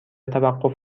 توقف